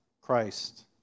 Christ